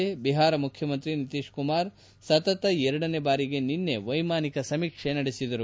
ಅಲ್ಲಿನ ಮುಖ್ಯಮಂತ್ರಿ ನಿತೀಶ್ ಕುಮಾರ್ ಸತತ ಎರಡನೇ ಬಾರಿಗೆ ನಿನ್ನೆ ವೈಮಾನಿಕ ಸಮೀಕ್ಷೆ ನಡೆಸಿದರು